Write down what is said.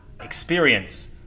experience